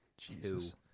Jesus